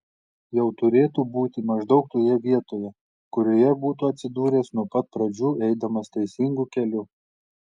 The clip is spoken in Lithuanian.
jau turėtų būti maždaug toje vietoje kurioje būtų atsidūręs nuo pat pradžių eidamas teisingu keliu